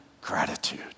Gratitude